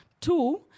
Two